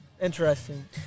Interesting